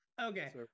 Okay